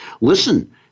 listen